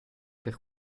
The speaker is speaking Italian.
per